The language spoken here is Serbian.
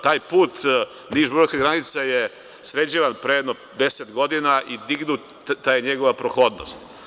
Taj put Niš-Bugarska granica je sređivan pre jedno deset godina i dignuta je njegova prohodnost.